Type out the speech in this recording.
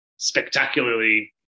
spectacularly